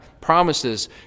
promises